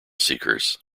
seekers